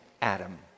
adam